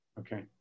Okay